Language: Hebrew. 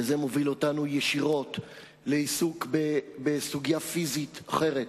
וזה מוביל אותנו ישירות לעיסוק בסוגיה פיזיקלית אחרת.